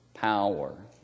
power